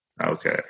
Okay